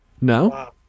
No